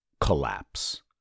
collapse